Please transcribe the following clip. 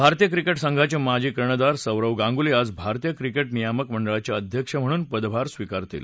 भारतीय क्रिकेट संघाचे माजी कर्णधार सौरव गांगुली आज भारतीय क्रिकेट नियामक मंडळाचे अध्यक्ष म्हणून पदभार स्वीकारतील